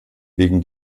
wegen